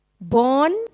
born